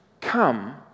Come